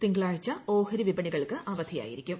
തിങ്കളാഴ്ച ഓഹരി വിപണികൾക്ക് അവധിയായിരിക്കും